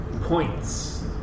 points